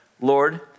Lord